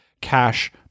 cash